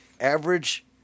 average